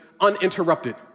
uninterrupted